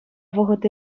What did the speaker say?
вӑхӑт